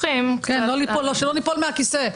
מהכיסא,